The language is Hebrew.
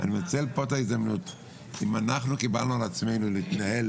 אני מנצל כאן את ההזדמנות לומר שאם אנחנו קיבלנו על עצמנו להתנהל